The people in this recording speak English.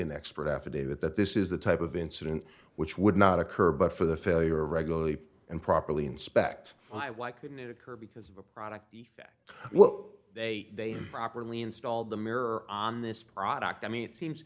an expert affidavit that this is the type of incident which would not occur but for the failure of regularly and properly inspect why why couldn't it occur because of a product the fact well they properly installed the mirror on this product i mean it seems